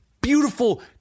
beautiful